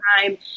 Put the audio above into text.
time